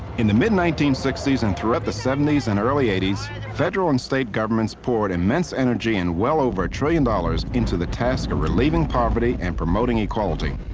in the mid nineteen sixty s and throughout the seventy s and early eighty s federal and state governments poured immense energy and well over a trillion dollars into the task of relieving poverty and promoting equality.